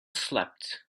slept